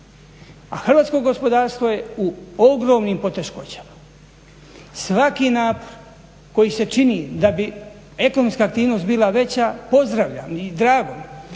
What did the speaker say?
A hrvatsko gospodarstvo je u ogromnim poteškoćama. Svaki napor koji se čini da bi ekonomska aktivnost bila veća pozdravljam i drago